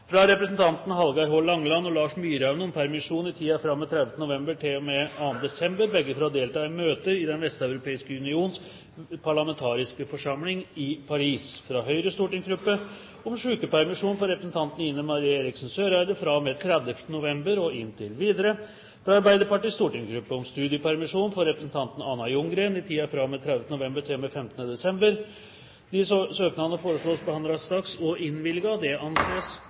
fra representanten Hallgeir H. Langeland og Lars Myraune om permisjon i tiden fra og med 30. november til og med 2. desember – begge for å delta i møter i Den vesteuropeiske unions parlamentariske forsamling i Paris. fra Høyres stortingsgruppe om sykepermisjon for representanten Ine M. Eriksen Søreide fra og med 30. november og inntil videre. fra Arbeiderpartiets stortingsgruppe om studiepermisjon for representanten Anna Ljunggren i tiden fra og med 30. november til og med 15. desember. Etter forslag fra presidenten ble enstemmig besluttet: Søknadene